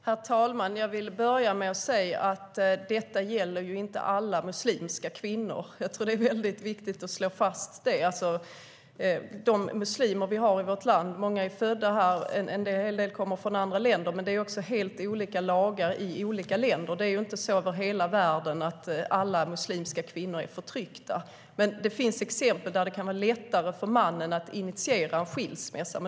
Herr talman! Jag vill börja med att säga att detta ju inte gäller alla muslimska kvinnor. Det är väldigt viktigt att slå fast. Många muslimer i vårt land är födda här, och en del kommer från andra länder. Men det är också helt olika lagar som gäller i olika länder. Det är ju inte så över hela världen att alla muslimska kvinnor är förtryckta. Det finns dock exempel på där det kan vara lättare för mannen att initiera en skilsmässa.